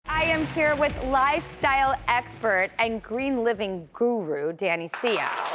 i am here with lifestyle expert and green living guru, danny seo.